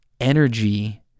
energy